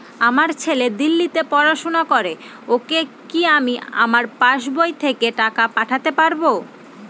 আমার ছেলে দিল্লীতে পড়াশোনা করে ওকে কি আমি আমার পাসবই থেকে টাকা পাঠাতে পারব?